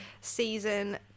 season